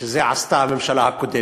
שאת זה עשתה הממשלה הקודמת,